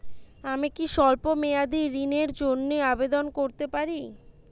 আমি কি স্বল্প মেয়াদি ঋণের জন্যে আবেদন করতে পারি?